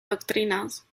doctrinas